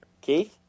Keith